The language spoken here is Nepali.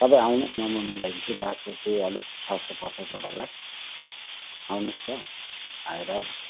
तपाईँ आउनुहोस् न म मिलाइदिन्छु नि बादसाह चाहिँ अलिक सस्तो पर्छ तपाईँलाई आउनुहोस् त आएर